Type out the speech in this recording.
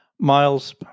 miles